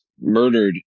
murdered